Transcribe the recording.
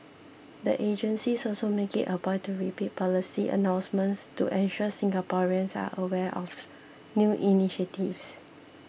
the agencies also make it a point to repeat policy announcements to ensure Singaporeans are aware of new initiatives